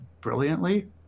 brilliantly